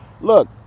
look